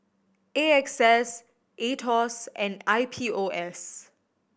A X S Aetos and I P O S